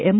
M